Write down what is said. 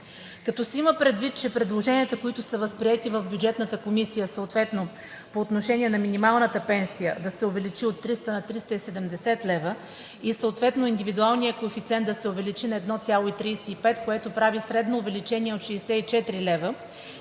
Като се има предвид, че предложенията, които са възприети в Бюджетната комисия съответно по отношение на минималната пенсия – да се увеличи от 300 на 370 лв., и съответно индивидуалният коефициент да се увеличи на 1,35, което прави средно увеличение от 64 лв.,